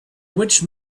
which